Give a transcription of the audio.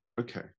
okay